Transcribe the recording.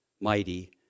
mighty